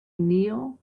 kneel